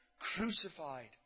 crucified